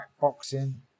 boxing